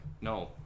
no